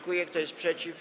Kto jest przeciw?